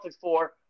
four